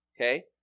Okay